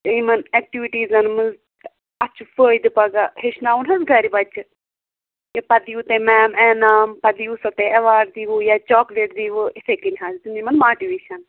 یمن ایٚکٹِوِٹیزَن مَنٛز اَسہ چھُ فٲیدٕ پگاہ ہیٚچھناوُن گَرِ بچہ پتہ دیٖوٕ تۄہہِ میم انعام پَتہٕ دیٖوٕ سۄ تۄہہِ ایٚوارڈ دیٖوٕ یا چاکلیٹ دیٖوٕ یِتھے کنۍ حظ دیُن یمن ماٹِویشن